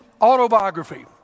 autobiography